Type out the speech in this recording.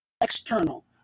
external